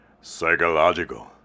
Psychological